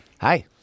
Hi